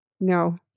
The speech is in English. No